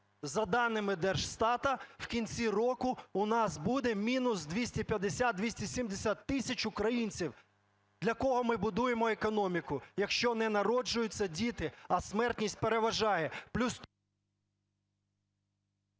за даними Держстату, в кінці року у нас буде мінус 250-270 тисяч українців. Для кого ми будуємо економіку, якщо не народжуються діти, а смертність переважає?